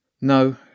No